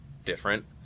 Different